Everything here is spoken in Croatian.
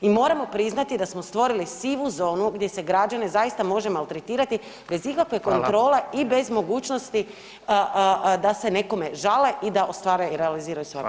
I moramo priznati da smo stvorili sivu zonu gdje se građane zaista može maltretirati bez ikakve kontrole [[Upadica: Hvala.]] i bez mogućnosti da se nekome žale i da ostvare i realiziraju svoja prava.